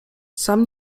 sam